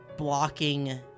blocking